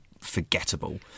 forgettable